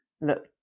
look